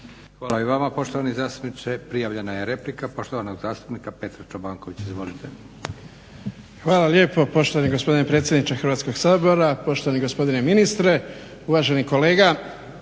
Hvala i vama poštovani zastupniče. Prijavljena je replika poštovanog zastupnika Petra Čobankovića. Izvolite. **Čobanković, Petar (HDZ)** Hvala lijepo poštovani gospodine predsjedniče Hrvatskog sabora, poštovani gospodine ministre. Uvaženi kolega